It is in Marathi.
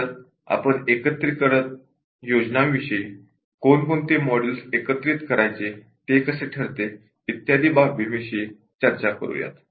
नंतर आपण इंटिग्रेशन प्लॅन्स विषयी कोणकोणते मॉड्यूल्स एकत्रित करायचे ते कसे ठरवते इत्यादी बाबींविषयी चर्चा करूयात